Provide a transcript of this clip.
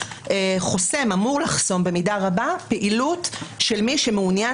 אמור לחסום במידה רבה פעילות של מי שמעוניין